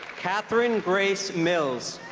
kathryn grace mills